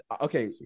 Okay